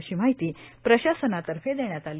अशी माहिती प्रशासनातर्फे देण्यात आली